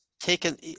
taken